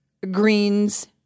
Greens